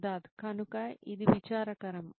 సిద్ధార్థ్ కనుక ఇది విచారకరం